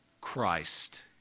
Christ